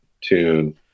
tune